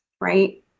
right